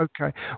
okay